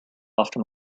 often